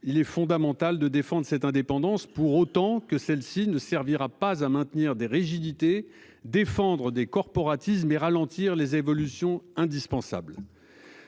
Il est fondamental de défendre cette indépendance pour autant que celle-ci ne servira pas à maintenir des rigidités défendre des corporatismes et ralentir les évolutions indispensables.